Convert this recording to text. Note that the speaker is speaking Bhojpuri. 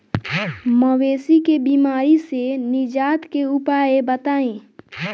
मवेशी के बिमारी से निजात के उपाय बताई?